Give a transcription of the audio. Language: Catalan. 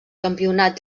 campionat